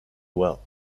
well